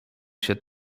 się